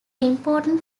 important